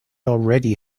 already